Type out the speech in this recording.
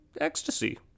ecstasy